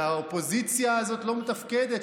שהאופוזיציה הזאת לא מתפקדת,